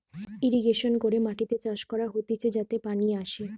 irrigation করে মাটিতে চাষ করা হতিছে যাতে পানি আসে